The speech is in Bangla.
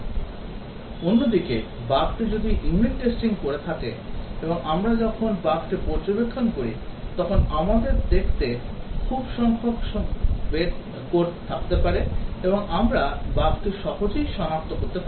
Refer Slide Tie 2511 অন্যদিকে বাগটি যদি আমি unit testing করে থাকি এবং আমরা যখন বাগটি পর্যবেক্ষণ করি তখন আমাদের দেখতে খুব কম সংখ্যক কোড থাকতে পারে এবং আমরা বাগটি সহজেই সনাক্ত করতে পারি